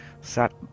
sat